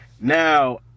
Now